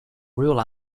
rule